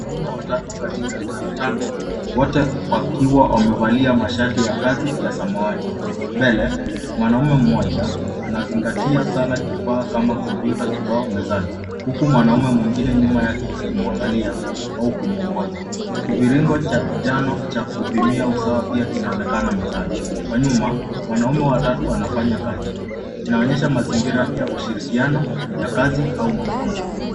Wanaume watatu katika karakana, wote wakiwa wamevalia mashati ya kazi ya samawati. Mbele mwanaume mmoja, anazingatia sana kifaa kama kompyuta kibao mezani. Huku mwanaume mwingine nyuma yake akimwangalia au kumwongoza. Kiviringo cha njano cha kupimia usawa pia kinaonekana mezani. Kwa nyuma mwanaume wa tatu anafanya kazi ,inaonyesha mazingira ya ushirikiano, kazi au mafunzo.